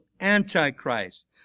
Antichrist